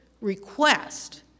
request